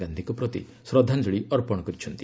ଗାନ୍ଧୀଙ୍କ ପ୍ରତି ଶ୍ରଦ୍ଧାଞ୍ଜଳି ଅର୍ପଣ କରିଛନ୍ତି